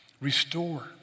Restore